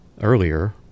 earlier